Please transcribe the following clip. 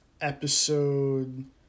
episode